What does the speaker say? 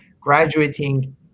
graduating